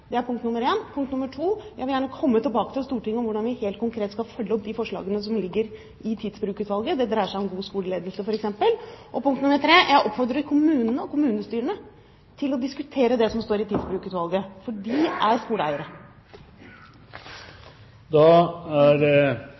Stortinget med hvordan vi helt konkret skal følge opp forslagene fra Tidsbrukutvalget. Det dreier seg om god skoleledelse, f.eks. Punkt nummer tre: Jeg oppfordrer kommunene og kommunestyrene til å diskutere det som står i Tidsbrukutvalgets rapport, for de er skoleeiere. Da er